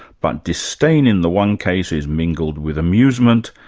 but disdain in the one case is mingled with amusement,